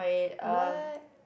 what